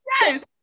yes